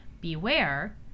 beware